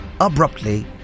abruptly